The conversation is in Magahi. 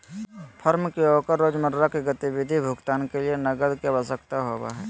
फर्म के ओकर रोजमर्रा के गतिविधि भुगतान के लिये नकद के आवश्यकता होबो हइ